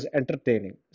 entertaining